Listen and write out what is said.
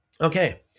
Okay